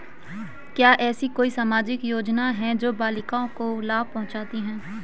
क्या ऐसी कोई सामाजिक योजनाएँ हैं जो बालिकाओं को लाभ पहुँचाती हैं?